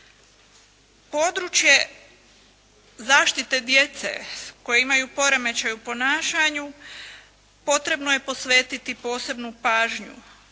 Područje zaštite djece koja imaju poremećaj u ponašanju potrebno je posvetiti posebnu pažnju.